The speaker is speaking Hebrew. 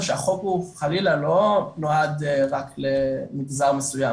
שהחוק הוא חלילה לא נועד רק למגזר מסוים,